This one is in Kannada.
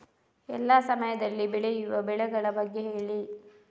ಎಲ್ಲಾ ಸಮಯದಲ್ಲಿ ಬೆಳೆಯುವ ಬೆಳೆಗಳ ಬಗ್ಗೆ ಹೇಳಿ